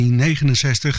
1969